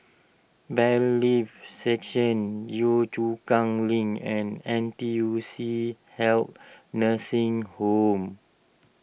Bailiffs' Section Yio Chu Kang Link and N T U C Health Nursing Home